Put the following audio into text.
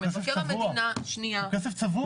שמבקר המדינה --- זה כסף צבוע.